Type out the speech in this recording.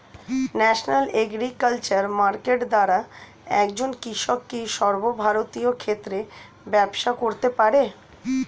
National agriculture market দ্বারা একজন কৃষক কি সর্বভারতীয় ক্ষেত্রে ব্যবসা করতে পারে?